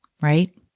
right